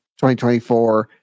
2024